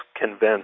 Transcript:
convinced